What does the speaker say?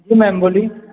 जी ma'am बोली